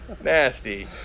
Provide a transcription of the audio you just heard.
Nasty